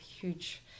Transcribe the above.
huge